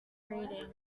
reading